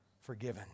forgiven